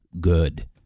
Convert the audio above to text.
good